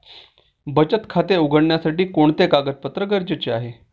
बचत खाते उघडण्यासाठी कोणते कागदपत्रे गरजेचे आहे?